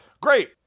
Great